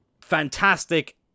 fantastic